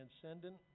transcendent